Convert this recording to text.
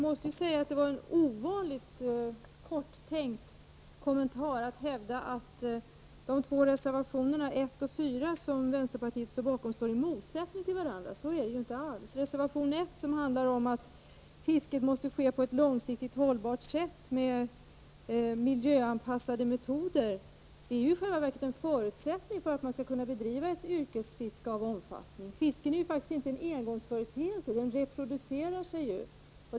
Herr talman! Det var ovanligt korttänkt att hävda att de två reservationerna 1 och 4, som vänsterpartiet står bakom, står i motsättning till varandra. Så är det ju inte alls. Reservation 1 tar upp frågan om att fisket måste ske på ett långsiktigt hållbart sätt med miljöanpassade metoder. Det är i själva verket en förutsättning för att man skall kunna bedriva ett yrkesfiske av någon omfattning. Fisken är faktiskt inte en engångsföreteelse. Den reproducerar sig ju.